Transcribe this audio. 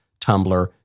Tumblr